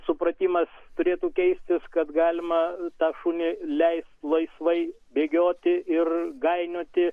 supratimas turėtų keistis kad galima tą šunį leist laisvai bėgioti ir gainioti